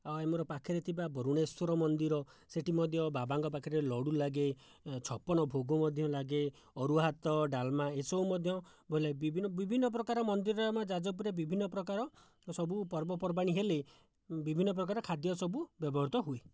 ଆଉ ଆମର ପାଖରେ ଥିବା ବରୁଣେଶ୍ଵର ମନ୍ଦିର ସେଠି ମଧ୍ୟ ବାବାଙ୍କ ପାଖରେ ଲଡ଼ୁ ଲାଗେ ଛପନ ଭୋଗ ମଧ୍ୟ ଲାଗେ ଅରୁଆ ଭାତ ଡାଲମା ଏହିସବୁ ମଧ୍ୟ ବୋଇଲେ ବିଭିନ୍ନ ବିଭିନ୍ନ ପ୍ରକାର ମନ୍ଦିରରେ ଆମ ଯାଜପୁରରେ ଆମ ବିଭିନ୍ନ ପ୍ରକାର ସବୁ ପର୍ବପର୍ବାଣି ହେଲେ ବିଭିନ୍ନ ପ୍ରକାର ଖାଦ୍ୟ ସବୁ ବ୍ୟବହୃତ ହୁଏ